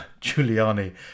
Giuliani